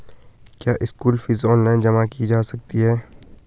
क्या school fees online जमा की जा सकती है?